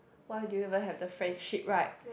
why do you even have the friendship right